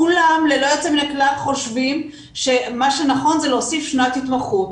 כולם ללא יוצא מן הכלל חושבים שמה שנכון זה להוסיף שנת התמחות.